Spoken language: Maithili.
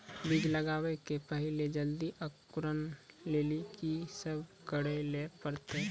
बीज लगावे के पहिले जल्दी अंकुरण लेली की सब करे ले परतै?